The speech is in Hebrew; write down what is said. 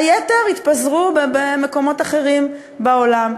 והיתר יתפזרו במקומות אחרים בעולם.